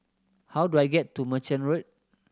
how do I get to Merchant Road